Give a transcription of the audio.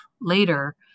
later